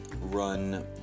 run